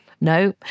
No